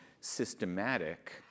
systematic